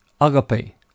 agape